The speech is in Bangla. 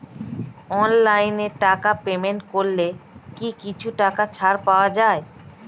অনলাইনে টাকা পেমেন্ট করলে কি কিছু টাকা ছাড় পাওয়া যায়?